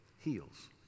heals